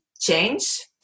change